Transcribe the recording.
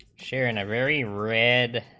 sharon a very red